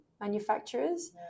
manufacturers